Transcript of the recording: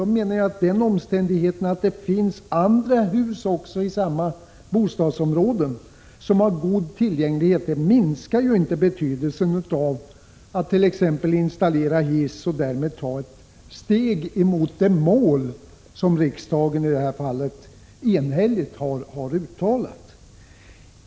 Jag menar att den omständigheten att vissa hus i resp. bostadsområde har god tillgänglighet inte minskar behovet av exempelvis hissinstallation i andra hus i området, varigenom man tar ett steg mot det mål som riksdagen i detta fall enhälligt har uttalat.